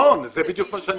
המון, זה בדיוק מה שאני אומר.